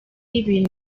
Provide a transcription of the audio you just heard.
ibintu